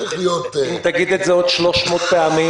אם תגיד את זה 300 פעמים,